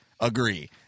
Agree